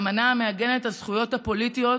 אמנה המעגנת את הזכויות הפוליטיות,